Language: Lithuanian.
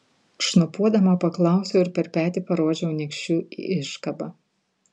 šnopuodama paklausiau ir per petį parodžiau nykščiu į iškabą